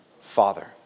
Father